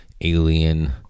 alien